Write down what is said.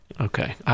Okay